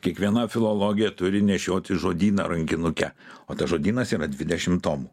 kiekviena filologė turi nešiotis žodyną rankinuke o tas žodynas yra dvidešimt tomų